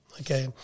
okay